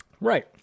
Right